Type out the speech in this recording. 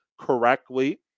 correctly